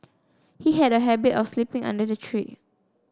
he had a habit of sleeping under the tree